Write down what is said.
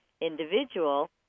individual